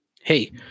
Hey